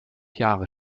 jahre